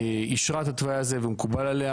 אישרה את התוואי הזה והוא מקובל עליה,